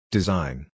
Design